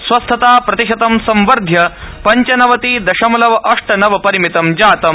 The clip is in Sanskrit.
स्वस्थता प्रतिशतम् संवर्ध्य पञ्चनवति दशमलव अष्ट नव परिमितं जातम्